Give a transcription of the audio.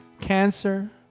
cancer